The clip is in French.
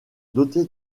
doté